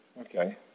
Okay